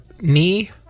knee